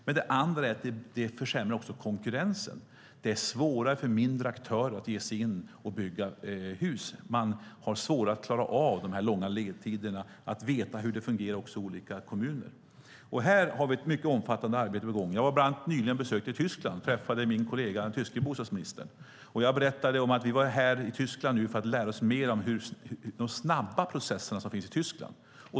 Den andra är att det också försämrar konkurrensen. Det är svårare för mindre aktörer att ge sig in och bygga hus. De har svårare att klara av de långa ledtiderna och veta hur det fungerar i olika kommuner. Här har vi ett mycket omfattande arbete på gång. Jag var bland annat nyligen på ett besök i Tyskland och träffade min kollega den tyska bostadsministern. Jag berättade att vi var där i Tyskland för att lära oss mer om de snabba processer som finns i Tyskland.